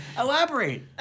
Elaborate